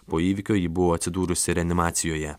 po įvykio ji buvo atsidūrusi reanimacijoje